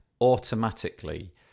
automatically